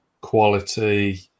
quality